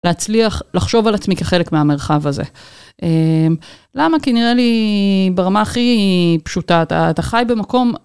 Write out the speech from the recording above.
להצליח לחשוב על עצמי כחלק מהמרחב הזה. למה כי נראה לי ברמה הכי פשוטה, אתה חי במקום.